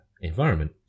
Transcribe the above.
environment